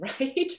right